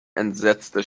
entsetzte